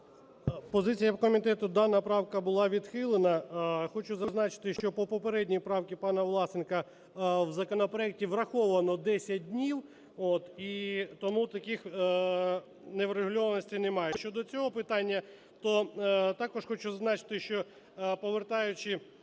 Позиція комітету: дана правка була відхилена. Хочу зазначити, що по попередній правці пана Власенка в законопроекті враховано 10 днів, і тому таких неврегульованостей немає. Щодо цього питання, то також хочу зазначити, що повертаючи